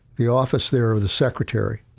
the office there with the secretary